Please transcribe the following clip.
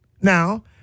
Now